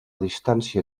distància